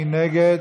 מי נגד?